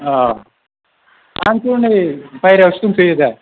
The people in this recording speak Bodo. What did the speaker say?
औ आंथ' नै बायह्रायावसो दंफैयो नै दा